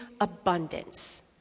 abundance